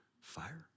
fire